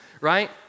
Right